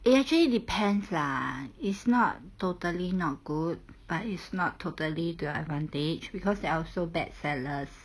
eh actually depends lah it's not totally not good but it's not totally to their advantage because there are also bad sellers